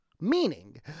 meaning